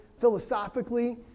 philosophically